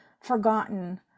forgotten